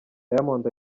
diamond